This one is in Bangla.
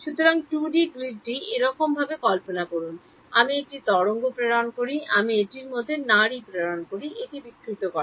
সুতরাং 2D গ্রিডটি এরকমভাবে কল্পনা করুন আমি একটি তরঙ্গ প্রেরণ করি আমি এটির মতো নাড়ি প্রেরণ করি এটি বিকৃত করে